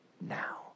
now